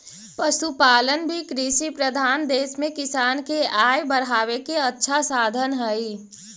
पशुपालन भी कृषिप्रधान देश में किसान के आय बढ़ावे के अच्छा साधन हइ